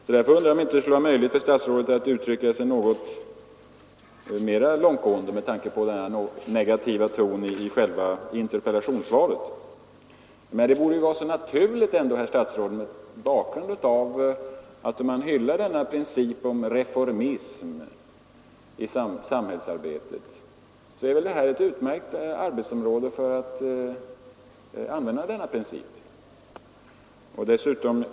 Därför undrar jag om det inte kunde vara möjligt för statsrådet att uttrycka sig något mera långtgående med tanke på den något negativa tonen i själva interpellationssvaret. Det borde vara naturligt, herr statsråd, för om man hyllar reformismens princip i samhället så är väl detta ett utmärkt område att tillämpa denna princip.